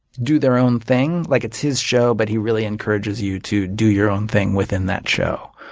do their own thing. like it's his show, but he really encourages you to do your own thing within that show.